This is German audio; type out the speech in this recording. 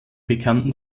bekannten